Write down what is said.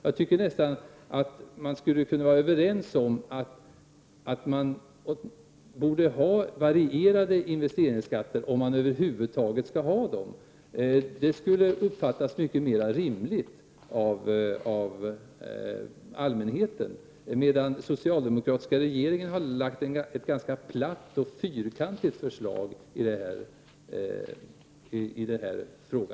Jag tycker nästan att vi skulle kunna vara överens om att man borde ha en varierad investeringsskatt, om man över huvud taget skall ha en sådan skatt. Det skulle uppfattas som mycket mera rimligt av allmänheten. Den socialdemokratiska regeringen har däremot lagt fram ett ganska platt och fyrkantigt förslag i denna fråga.